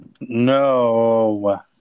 No